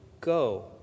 go